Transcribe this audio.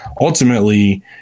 ultimately